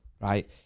right